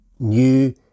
new